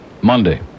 Monday